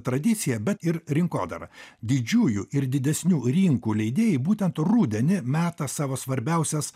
tradicija bet ir rinkodara didžiųjų ir didesnių rinkų leidėjai būtent rudenį meta savo svarbiausias